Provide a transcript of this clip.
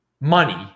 money